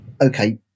Okay